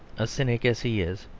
a cynic as he is,